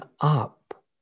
up